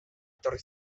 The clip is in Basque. etorri